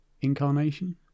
incarnation